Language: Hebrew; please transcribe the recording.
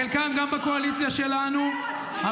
חלקם גם בקואליציה שלנו,